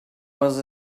was